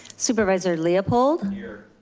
supervisor leopold. and here.